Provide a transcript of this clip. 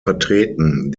vertreten